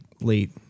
late